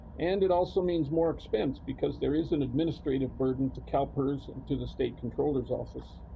and it also means more expense because there's an administrative burden to calpers and to the state controller's office.